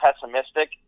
pessimistic